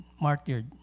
martyred